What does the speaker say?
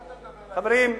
חברים,